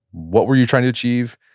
what were you trying to achieve?